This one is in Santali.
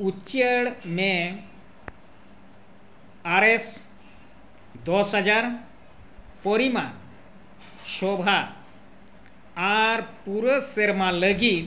ᱩᱪᱟᱹᱲ ᱢᱮ ᱟᱨ ᱮᱥ ᱫᱚᱥ ᱦᱟᱡᱟᱨ ᱯᱚᱨᱤᱢᱟᱱ ᱥᱳᱵᱷᱟ ᱟᱨ ᱯᱩᱨᱟᱹ ᱥᱮᱨᱢᱟ ᱞᱟᱹᱜᱤᱫ